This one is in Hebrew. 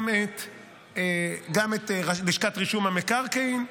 גם את לשכת רישום המקרקעין,